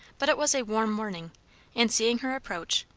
but it was a warm morning and seeing her approach,